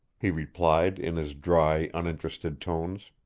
he replied in his dry, uninterested tones.